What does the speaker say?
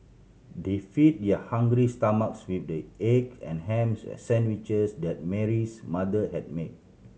they fed their hungry stomachs with the egg and ham sandwiches that Mary's mother had made